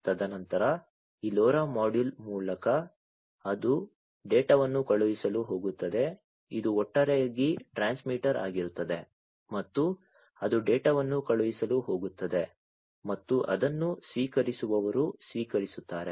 ತದನಂತರ ಈ LoRa module ಮೂಲಕ ಅದು ಡೇಟಾವನ್ನು ಕಳುಹಿಸಲು ಹೋಗುತ್ತದೆ ಇದು ಒಟ್ಟಾರೆ ಟ್ರಾನ್ಸ್ಮಿಟರ್ ಆಗಿರುತ್ತದೆ ಮತ್ತು ಅದು ಡೇಟಾವನ್ನು ಕಳುಹಿಸಲು ಹೋಗುತ್ತದೆ ಮತ್ತು ಅದನ್ನು ಸ್ವೀಕರಿಸುವವರು ಸ್ವೀಕರಿಸುತ್ತಾರೆ